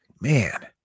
Man